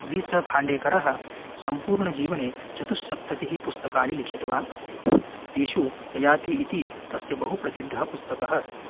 वीसखाण्डेकरः सम्पूर्णजीवने चतुस्सप्ततिः पुस्तकानि लिखितवान् अस्ति तेषु ययाति इति तस्य बहु प्रसिद्धं पुस्तकम् अस्ति